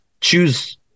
choose